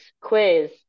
quiz